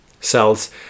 Cells